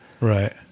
right